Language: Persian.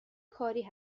کاری